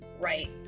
right